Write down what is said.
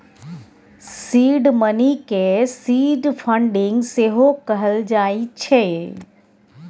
seed money केँ seed funding सेहो कहल जाइ छै